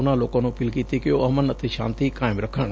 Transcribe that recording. ਉਨੂਾਂ ਲੋਕਾਂ ਨੂੰ ਅਪੀਲ ਕੀਤੀ ਕਿ ਉਹ ਅਮਨ ਅਤੇ ਸ਼ਾਂਤੀ ਕਾਇਮ ਰੱਖਣ